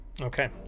Okay